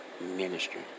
ministry